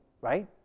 right